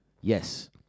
yes